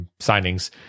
signings